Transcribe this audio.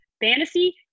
Fantasy